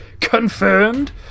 confirmed